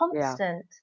constant